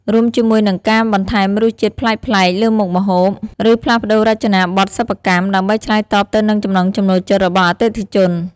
រួមជាមួយនឹង ការបន្ថែមរសជាតិប្លែកៗលើមុខម្ហូប ឬផ្លាស់ប្តូររចនាបថសិប្បកម្ម ដើម្បីឆ្លើយតបទៅនឹងចំណង់ចំណូលចិត្តរបស់អតិថិជន។